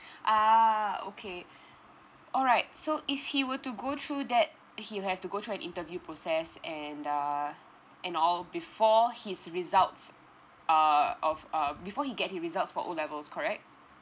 ah okay alright so if he were to go through that he will have to go through an interview process and uh and all before his results uh of uh before he get his results for O levels correct